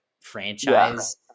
franchise